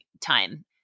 time